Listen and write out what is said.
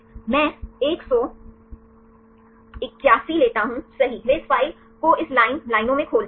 तो मैं 181 लेता हूं सही वे इस फाइल को इस लाइन लाइनों में खोलते हैं